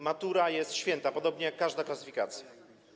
Matura jest święta, podobnie jak każda klasyfikacja.